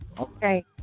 Okay